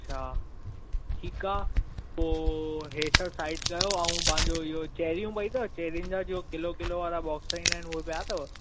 अच्छा ठीकु आहे पोइ इहे सभु साइड कयो ऐं पंहिंजो इहो चेरियूं पयूं अथव चेरियुनि जा जो किलो किलो वारा बॉक्स ईंदा उहे पिया अथव